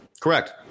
Correct